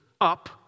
up